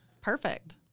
perfect